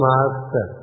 Master